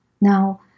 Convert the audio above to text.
Now